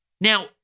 Now